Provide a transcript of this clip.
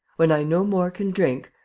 when i no more can drink,